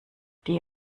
die